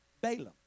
Balaam